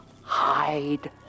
hide